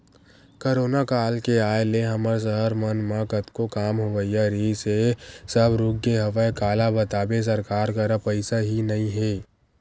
corona काल के आय ले हमर सहर मन म कतको काम होवइया रिहिस हे सब रुकगे हवय काला बताबे सरकार करा पइसा ही नइ ह